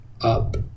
up